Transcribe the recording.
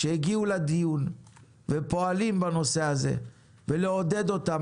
שהגיעו לדיון ופועלים בנושא הזה ולעודד אותם